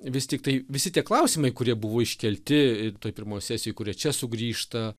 vis tik tai visi tie klausimai kurie buvo iškelti toj pirmojoj sesijoj kurie čia sugrįžta